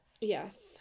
Yes